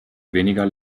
weniger